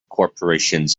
corporations